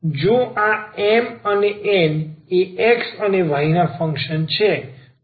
જો આ M અને N એ x અને y નાં ફંક્શન છે